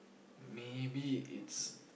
maybe it's